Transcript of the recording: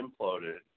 imploded